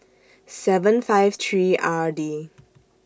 seven five three R D